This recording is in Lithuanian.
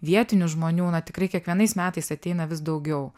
vietinių žmonių na tikrai kiekvienais metais ateina vis daugiau